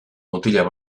mutilak